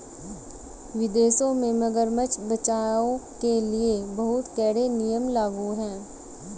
विदेशों में मगरमच्छ बचाओ के लिए बहुत कड़े नियम लागू हैं